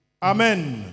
Amen